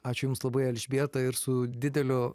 ačiū jums labai elžbieta ir su dideliu